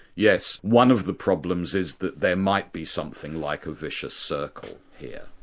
yes, one of the problems is that there might be something like a vicious circle here.